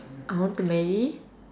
I want to marry